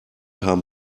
haben